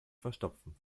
verstopfen